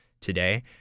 today